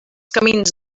camins